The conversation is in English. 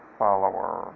follower